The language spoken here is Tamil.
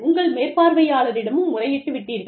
உங்கள் மேற்பார்வையாளரிடமும் முறையிட்டு விட்டீர்கள்